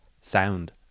sound